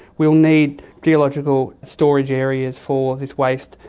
we'll need geological storage areas for this waste,